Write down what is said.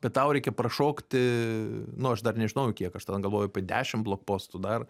bet tau reikia prašokti nu aš dar nežinojau kiek aš ten galvojau apie dešimt postų dar